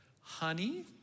Honey